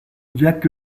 jack